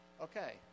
okay